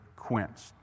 quenched